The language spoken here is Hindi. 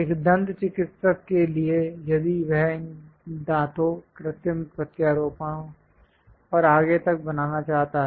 एक दंत चिकित्सक के लिए यदि वह इन दांतों कृत्रिम प्रत्यारोपण और आगे तक बनाना चाहता है